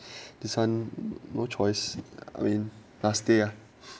this [one] no choice I mean last day ah